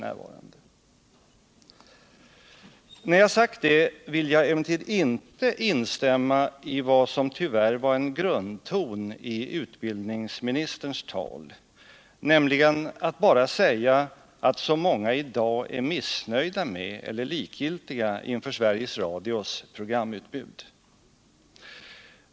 När jag sagt det vill jag emellertid inte instämma i vad som tyvärr var en grundton i utbildningsministerns tal, nämligen att bara säga att så många i dag är missnöjda med eller likgiltiga inför Sveriges Radios programutbud.